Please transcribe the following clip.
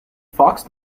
fox